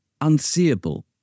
unseeable